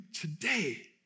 today